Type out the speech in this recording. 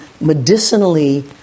medicinally